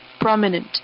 prominent